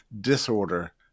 disorder